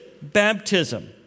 baptism